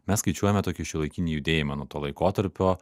mes skaičiuojame tokį šiuolaikinį judėjimą nuo to laikotarpio